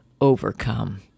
Overcome